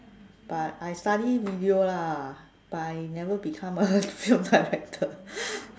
but I study video lah but I never become a film director